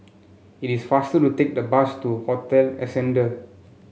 it is faster to take the bus to Hotel Ascendere